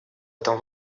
этом